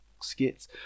skits